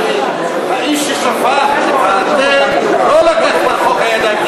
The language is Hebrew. כי האיש ששפך את התה לא לקח את החוק לידיים,